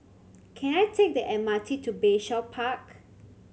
can I take the M R T to Bayshore Park